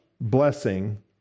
blessing